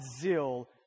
zeal